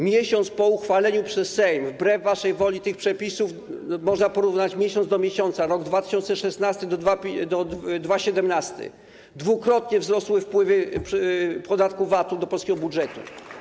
Miesiąc po uchwaleniu przez Sejm, wbrew waszej woli, tych przepisów - można porównać miesiąc do miesiąca, rok 2016 do roku 2017 - dwukrotnie wzrosły wpływy z podatku VAT-u do polskiego budżetu.